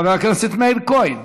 חבר הכנסת מאיר כהן,